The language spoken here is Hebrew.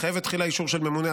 היא מחייבת תחילה אישור של ממונה,